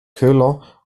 köhler